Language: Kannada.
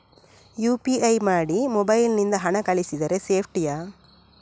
ಯು.ಪಿ.ಐ ಮಾಡಿ ಮೊಬೈಲ್ ನಿಂದ ಹಣ ಕಳಿಸಿದರೆ ಸೇಪ್ಟಿಯಾ?